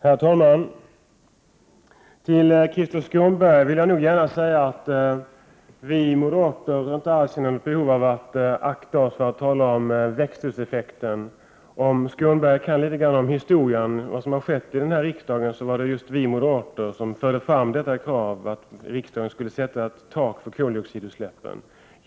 Herr talman! Till Krister Skånberg vill jag gärna säga att vi moderater alls inte behöver akta oss för att tala om växthuseffekten. Om Krister Skånberg kan historien och vet litet grand om vad som har skett här i riksdagen, vet han att det var just vi moderater som förde fram kravet på att riksdagen skulle sätta ett tak för koldioxidutsläppen.